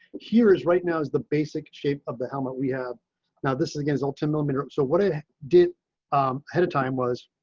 here is right now is the basic shape of the helmet. we have now this is against all ten millimeter. so what i did ahead of time was